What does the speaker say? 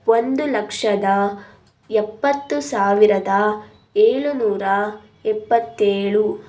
ಒಂದು ಲಕ್ಷದ ಎಪ್ಪತ್ತು ಸಾವಿರದ ಏಳು ನೂರ ಎಪ್ಪತ್ತೇಳು